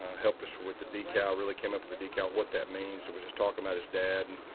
helped us with the decal really came up with a decal what that means it was just talking about his dad. and